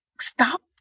stop